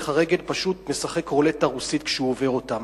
והולך הרגל פשוט משחק "רולטה רוסית" כשהוא עובר אותם.